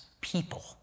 people